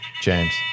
james